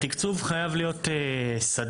התקצוב חייב להיות סדיר,